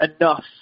enough